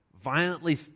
violently